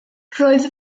roedd